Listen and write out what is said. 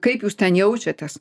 kaip jūs ten jaučiatės